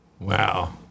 Wow